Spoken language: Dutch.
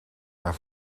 naar